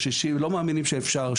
לא מאמינים שאפשר,